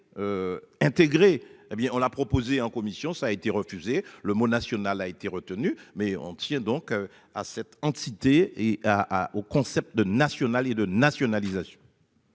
Intégré hé bien on a proposé en commission. Ça a été refusé le mot national a été retenu mais on tient donc à cette entité et à, à, au concept de nationale et de nationalisation.